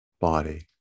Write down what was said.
body